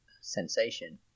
sensation